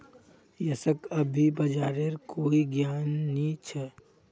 यशक अभी बाजारेर कोई ज्ञान नी छ